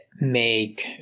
make